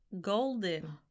golden